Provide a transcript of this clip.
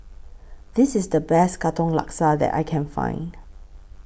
This IS The Best Katong Laksa that I Can Find